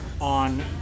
on